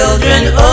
Children